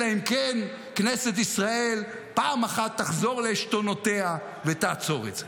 אלא אם כן כנסת ישראל פעם אחת תחזור לעשתונותיה ותעצור את זה.